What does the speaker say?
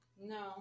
No